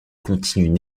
continuent